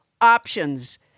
options